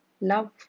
Love